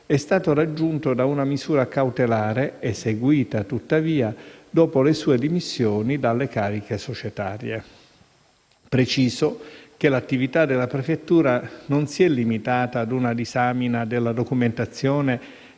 è stato raggiunto da una misura cautelare, eseguita tuttavia dopo le sue dimissioni dalle cariche societarie. Preciso che l'attività della prefettura non si è limitata a una disamina della documentazione